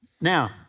Now